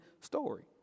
story